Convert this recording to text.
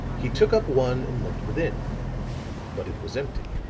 he took up one and looked within but it was empty.